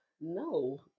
No